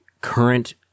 current